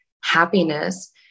happiness